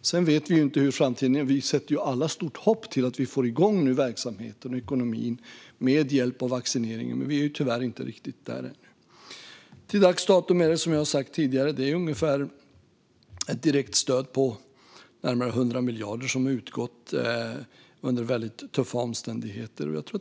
Sedan vet vi inte hur framtiden blir. Vi alla sätter stort hopp till att verksamheterna och ekonomin kommer igång nu med hjälp av vaccineringen, men vi är tyvärr inte riktigt där än. Till dags dato har, som jag har sagt tidigare, ett direkt stöd på närmare 100 miljarder utgått under väldigt tuffa omständigheter.